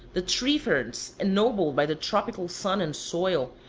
the tree-ferns, ennobled by the tropical sun and soil,